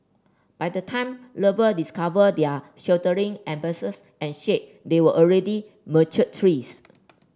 by the time lover discovered their sheltering embraces and shade they were already mature trees